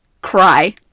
Cry